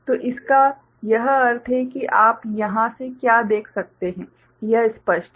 तो इसका यह अर्थ है कि आप यहां से क्या देख सकते हैं यह स्पष्ट है